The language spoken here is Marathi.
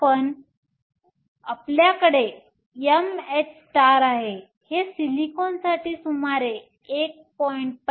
तर आता आपल्याकडे mh आहे हे सिलिकॉनसाठी सुमारे 1